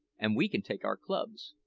and we can take our clubs?